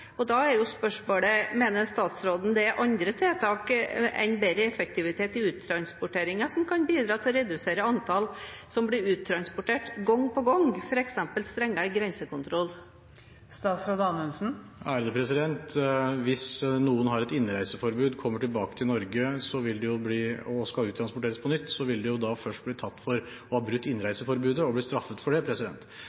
Da blir spørsmålet: Mener statsråden det er andre tiltak enn større effektivitet i uttransporteringen som kan bidra til å redusere antallet personer som blir uttransportert gang på gang, f.eks. strengere grensekontroll? Hvis noen har et innreiseforbud, kommer tilbake til Norge og skal uttransporteres på nytt, vil de først bli tatt for å ha brutt